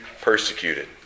persecuted